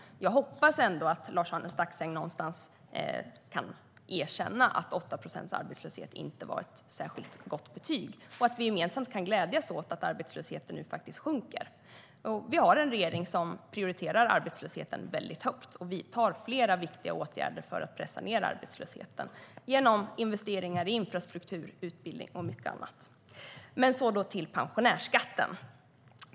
Jag hoppas ändå att Lars-Arne Staxäng någonstans kan erkänna att 8 procents arbetslöshet inte var ett särskilt gott betyg och att vi gemensamt kan glädjas åt att arbetslösheten faktiskt sjunker. Regeringen prioriterar arbetslösheten högt och vidtar flera viktiga åtgärder för att pressa ned arbetslösheten genom investeringar i infrastruktur, utbildning och mycket annat. Så då till pensionärsskatten.